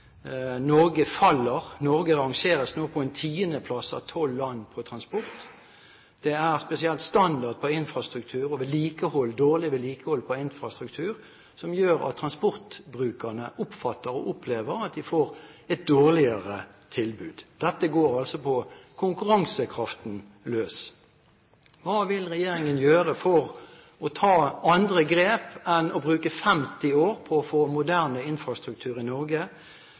Norge faller. Norge rangeres nå på en tiende plass av tolv land når det gjelder transport. Det er spesielt standard på infrastruktur og dårlig vedlikehold på infrastruktur som gjør at transportbrukerne oppfatter og opplever at de får et dårligere tilbud. Dette går altså på konkurransekraften løs. Hva vil regjeringen gjøre for å ta andre grep enn å bruke 50 år på å få moderne infrastruktur i Norge?